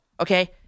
Okay